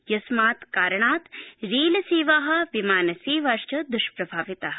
यस्मात कारणात् रेलसेवा विमानसेवाश्च दृष्प्रभाविता